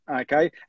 Okay